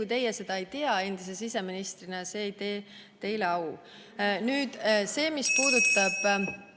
Kui teie seda endise siseministrina ei tea, siis see ei tee teile au. Mis puudutab